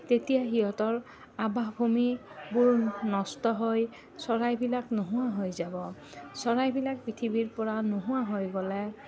তেতিয়া সিহঁতৰ আৱাসভূমিবোৰ নষ্ট হৈ চৰাইবিলাক নোহোৱা হৈ যাব চৰাইবিলাক পৃথিৱীৰপৰা নোহোৱা হৈ গ'লে